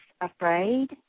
afraid